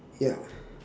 ya